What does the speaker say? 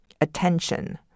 attention